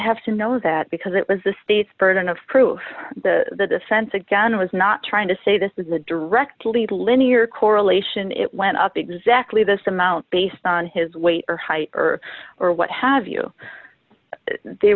have to know that because it was the state's burden of proof the defense again was not trying to say this is a directly linear correlation it went up exactly this amount based on his weight or height or or what have you they